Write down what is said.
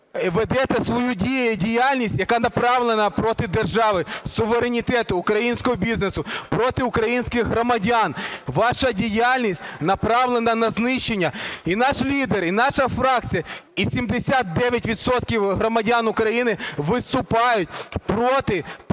ведете свою діяльність, яка направлена проти держави, суверенітету, українського бізнесу, проти українських громадян, ваша діяльність направлена на знищення. І наш лідер, і наша фракція, і 79 відсотків громадян України виступають проти продажу